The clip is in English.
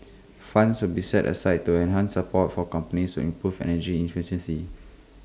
funds will be set aside to enhance support for companies to improve energy efficiency